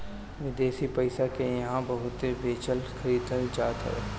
विदेशी पईसा के इहां बहुते बेचल खरीदल जात हवे